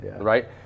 right